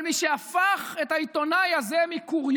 אבל מי שהפך את העיתונאי הזה מקוריוז